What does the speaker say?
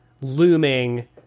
looming